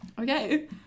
Okay